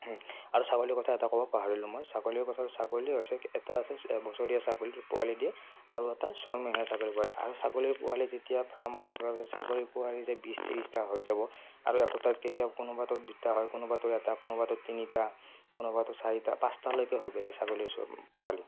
আৰু ছাগলীৰ কথা এটা ক'ব পাহৰিলো মই ছাগলীৰ কথা ছাগলী হৈছে এটা আছে এবছৰীয়া ছাগলীৰ পোৱালী দিয়ে আৰু এটা ছমহীয়া ছাগলী পোৱালী আৰু ছাগলীৰ পোৱালি যেতিয়া ফাৰ্ম এখন খোলাৰ পাছত ছাগলীৰ পোৱালি যে বিছ ত্ৰিছটা হৈ যাব আৰু একোটাত কেতিয়া কোনোবাটো দুটা হয় কোনোবাাতটো এটা কোনোবাটো তিনিটা কোনোবাটো চাৰিটা পাঁচটালৈকে হৈ গৈছে ছাগলীৰ পোৱালি